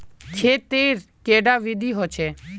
खेत तेर कैडा विधि होचे?